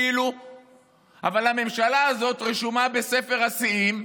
אבל הממשלה הזאת רשומה בספר השיאים,